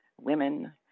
women